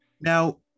Now